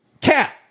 Cat